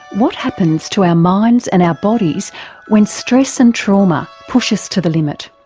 what happens to our minds and our bodies when stress and trauma push us to the limit.